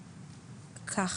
בבקשה,